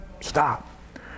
stop